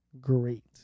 great